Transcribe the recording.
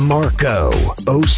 Marco